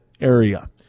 area